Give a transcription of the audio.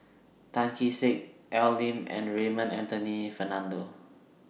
Tan Kee Sek Al Lim and Raymond Anthony Fernando